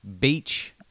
Beach